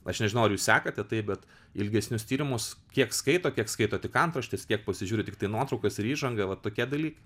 aš nežinau ar jūs sekate tai bet ilgesnius tyrimus kiek skaito kiek skaito tik antraštes tiek pasižiūri tiktai nuotraukas ir įžangą va tokie dalykai